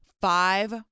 five